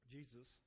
Jesus